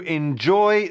enjoy